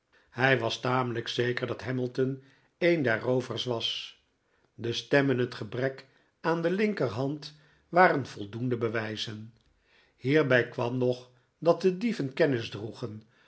hij was tamelijk zeker dat hamilton een der roovers was de stem en het gebrek aan de linkerhand waren voldoende bewijzen hierbij kwam nog dat de dieven kennis droegen